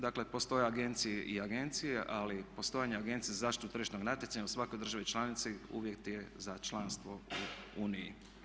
Dakle, postoje agencije i agencije, ali postojanje Agencije za zaštitu tržišnog natjecanja u svakoj državi članici uvjet je za članstvo u Uniji.